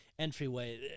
Entryway